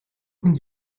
хүнд